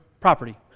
property